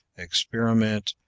experiment,